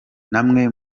namwe